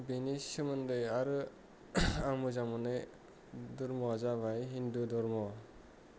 बेनि सोमोन्दोयै आरो आं मोजां मोन्नाय धरम' आ जाबाय हिन्दु धरम'